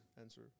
answer